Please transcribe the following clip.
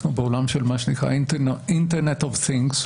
אנחנו בעולם של מה שנקרא "internet of things",